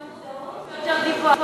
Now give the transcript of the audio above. נו,